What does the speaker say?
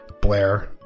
Blair